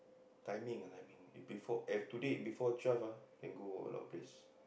timing ah timing bef~ today if before twelve ah can go a lot of place